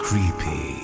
Creepy